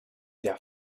their